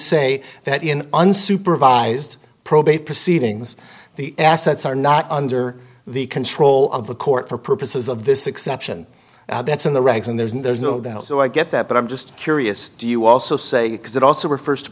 say that in unsupervised probate proceedings the assets are not under the control of the court for purposes of this exception that's in the regs and there's no doubt so i get that but i'm just curious do you also say because it also refers to